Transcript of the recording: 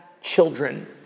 children